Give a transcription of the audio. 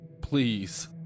Please